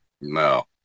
No